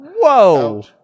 Whoa